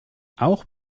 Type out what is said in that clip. auch